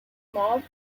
mauve